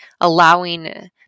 allowing